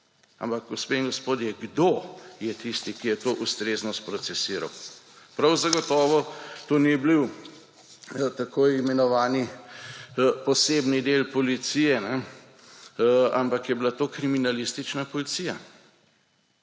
Ampak, gospe in gospodje, kdo je tisti, ki je to ustrezno sprocesiral? Prav zagotovo to ni bil tako imenovani posebni del policije, ampak je bila to kriminalistična policija.